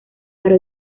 para